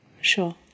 Sure